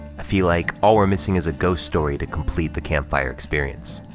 feel like all we're missing is a ghost story to complete the campfire experience.